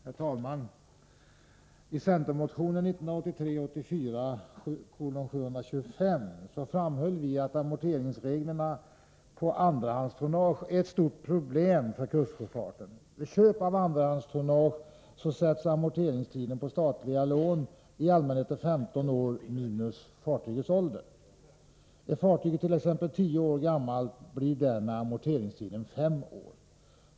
Herr talman! I centermotionen 1983/84:725 framhöll vi att amorteringsreglerna på andrahandstonnage är ett stort problem för kustsjöfarten. Vid köp av andrahandstonnage sätts amorteringstiden på statliga lån i allmänhet till 15 år minus fartygets ålder. Är fartyget t.ex. 10 år gammalt blir därmed amorteringstiden 5 år.